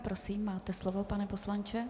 Prosím, máte slovo, pane poslanče.